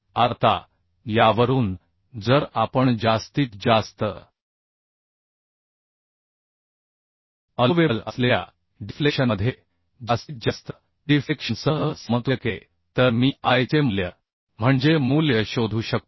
आता यावरून जर आपण जास्तीत जास्त अलोवेबल असलेल्या डिफ्लेक्शन मध्ये जास्तीत जास्त डिफ्लेक्शन सह समतुल्य केले तर मी I चे मूल्य म्हणजे मूल्य शोधू शकतो